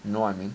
know what I mean